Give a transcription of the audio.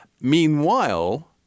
Meanwhile